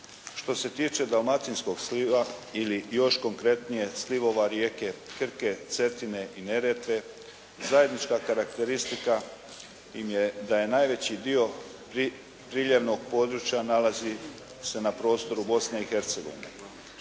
Što se tiče dalmatinskog sliva ili još konkretnije slivova rijeke Krke, Cetine i Neretve zajednička karakteristika im je da je najveći dio priljevnog područja nalazi se na prostoru Bosne i Hercegovine.